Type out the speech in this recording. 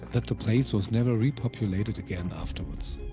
that the place was never repopulated again afterwards.